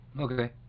Okay